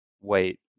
Wait